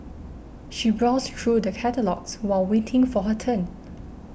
she browsed through the catalogues while waiting for her turn